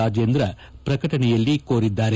ರಾಜೇಂದ್ರ ಪ್ರಕಟಣೆಯಲ್ಲಿ ಕೋರಿದ್ದಾರೆ